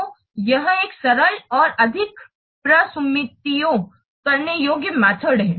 तो यह एक सरल और अधिक प्रसुम्मातिओं करने योग्य मेथड है